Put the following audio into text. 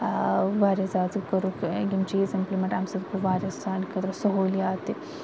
آ واریاہ زیادٕ کوٚرُکھ یِم چیٖز اِمپلمنٹ امہِ سۭتۍ گوٚو واریاہ سانہِ خٲطرٕ سہوٗلیات تہِ